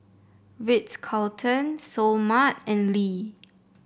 Ritz Carlton Seoul Mart and Lee